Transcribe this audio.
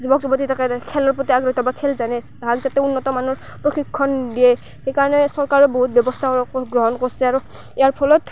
যুৱক যুৱতী থাকে তে খেলৰ প্ৰতি আগ্ৰহীত বা খেল জানে তাহাক যাতে উন্নত মানৰ প্ৰশিক্ষণ দিয়ে সেইকাৰণে চৰকাৰে বহুত ব্যৱস্থা গ্ৰহণ কৰ্ছে আৰু ইয়াৰ ফলত